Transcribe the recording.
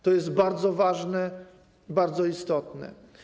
To jest bardzo ważne, bardzo istotne.